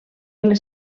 les